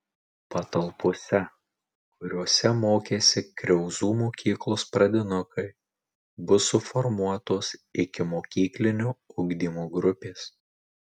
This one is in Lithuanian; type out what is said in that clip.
patalpose kuriose mokėsi kriauzų mokyklos pradinukai bus suformuotos ikimokyklinio ugdymo grupės